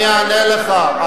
אני אענה לך.